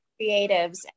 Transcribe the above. Creatives